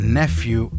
nephew